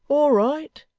all right?